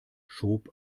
schob